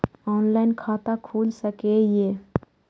Online खाता खुल सके ये?